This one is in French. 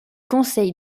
conseil